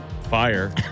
fire